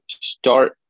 start